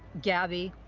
gabi.